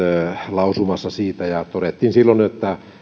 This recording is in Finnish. lausumassa siitä ja todettiin että